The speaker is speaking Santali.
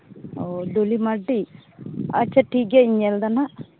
ᱚ ᱫᱩᱞᱤ ᱢᱟᱨᱰᱤ ᱟᱪᱪᱷᱟ ᱴᱷᱤᱠᱜᱮᱭᱟ ᱧᱮᱞᱫᱟ ᱱᱟᱜ